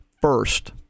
first